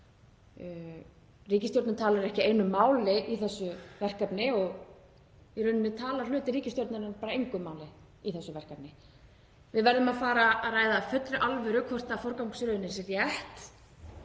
Ríkisstjórnin talar ekki einu máli í þessu verkefni og í rauninni talar hluti ríkisstjórnarinnar bara engu máli í þessu verkefni. Við verðum að fara að ræða af fullri alvöru hvort forgangsröðunin sé rétt